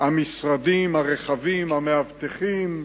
המשרדים, הרכבים, המאבטחים.